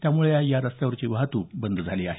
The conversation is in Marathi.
त्यामुळे या रसत्यावरची वाहतूक बंद झाली आहे